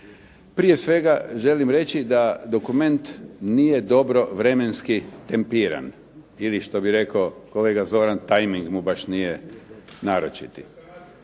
Prije svega želim reći da dokument nije dobro vremenski tempiran ili što bi rekao kolega Zoran timing mu baš nije naročiti.